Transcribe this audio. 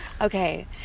Okay